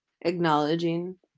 acknowledging